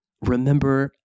remember